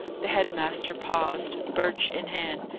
the head-master paused, birch in hand.